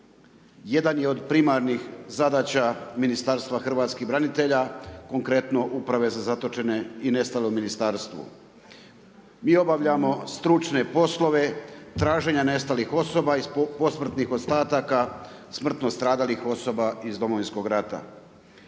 jedan je od primarnih zadaća Ministarstva hrvatskih branitelja, konkretno uprave za zatočene i nestale u ministarstvu. Mi obavljamo stručne poslove traženja nestalih osoba iz posmrtnih ostataka smrtno stradalih osoba iz Domovinskog rata.